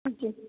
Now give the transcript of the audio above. جی